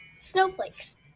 Snowflakes